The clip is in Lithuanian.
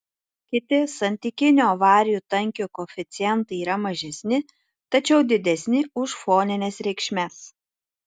kiti santykinio avarijų tankio koeficientai yra mažesni tačiau didesni už fonines reikšmes